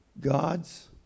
God's